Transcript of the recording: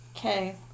Okay